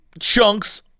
chunks